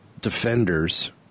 Defenders